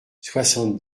soixante